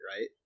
right